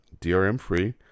DRM-free